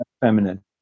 feminine